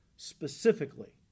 specifically